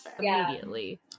immediately